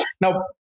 Now